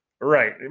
Right